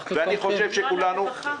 והרווחה.